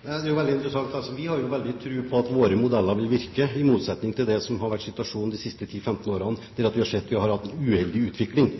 Det er jo veldig interessant. Vi har veldig tro på at våre modeller vil virke, i motsetning til det som har vært situasjonen de siste 10–15 årene, der vi har sett en uheldig utvikling.